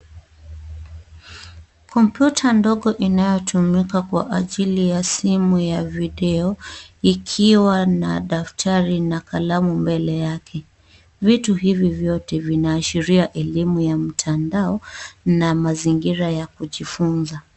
Kompyuta ndogo inayotumika kwa ajili ya simu ya video ikiwa na daftari na kalamu mbele yake. Vitu hivyo vyote vinaashiria elimu ya mtandao na mazingira ya kujifunza.